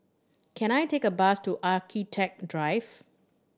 can I take a bus to Architect Drive